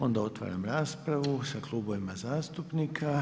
Onda otvaram raspravu sa klubovima zastupnika.